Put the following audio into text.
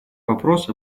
вопрос